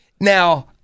Now